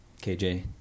KJ